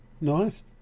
nice